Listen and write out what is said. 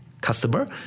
customer